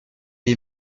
est